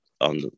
on